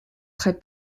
trait